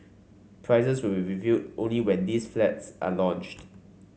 prices will be revealed only when these flats are launched